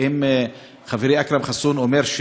חברי אכרם חסון אומר,